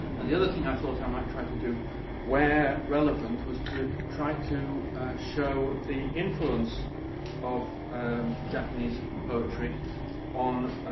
and the other thing i so thought i might try to do where relevant was to try to show the influence of of japanese poetry on